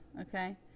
Okay